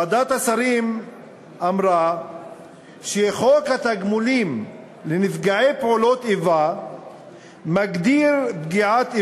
ועדת השרים אמרה שחוק התגמולים לנפגעי פעולות איבה מגדיר פגיעת איבה,